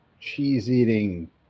cheese-eating